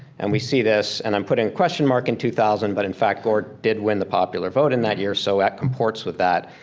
and we see this, and i'm putting question mark in two thousand, but in fact, gore did win the popular vote in that year, so that comports with that.